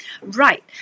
Right